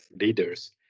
leaders